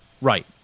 Right